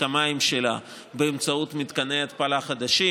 המים שלה באמצעות מתקני התפלה חדשים.